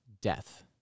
death